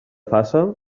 faça